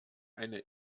eine